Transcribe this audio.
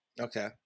Okay